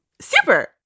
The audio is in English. Super